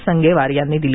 संगेवार यांनी दिली